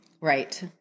Right